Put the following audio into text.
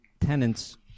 tenants